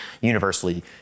universally